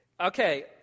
Okay